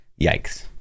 yikes